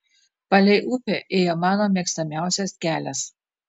palei upę ėjo mano mėgstamiausias kelias